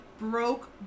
Broke